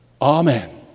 Amen